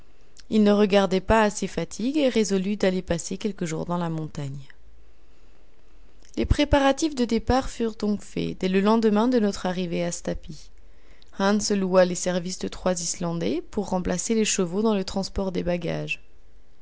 il ne regardait pas à ses fatigues et résolut d'aller passer quelques jours dans la montagne les préparatifs de départ furent donc faits dès le lendemain de notre arrivée à stapi hans loua les services de trois islandais pour remplacer les chevaux dans le transport des bagages